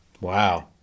Wow